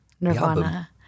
Nirvana